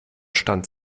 stand